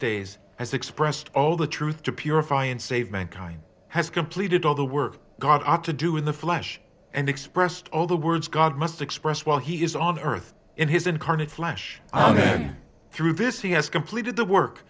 days has expressed all the truth to purify and save mankind has completed all the work god ought to do in the flesh and expressed all the words god must express while he is on earth in his incarnate flash and through this he has completed the work